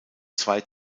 zwei